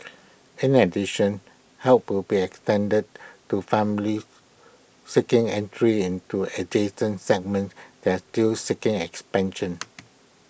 in addition help will be extended to families seeking entry into adjacent segments that are still seeing expansion